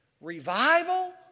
revival